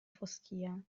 foschia